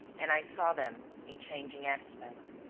and i saw them in changing aspect.